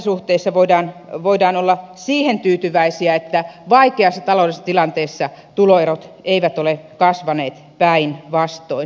tässä suhteessa voidaan olla siihen tyytyväisiä että vaikeassa taloudellisessa tilanteessa tuloerot eivät ole kasvaneet päinvastoin